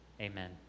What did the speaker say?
Amen